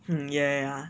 hmm yeah yeah yeah